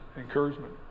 encouragement